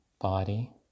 Body